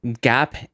gap